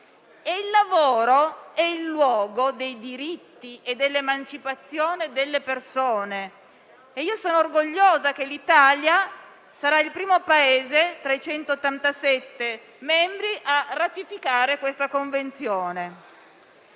Il lavoro è il luogo dei diritti e dell'emancipazione delle persone e sono orgogliosa che l'Italia sarà il primo Paese tra i 187 membri a ratificare questa Convenzione.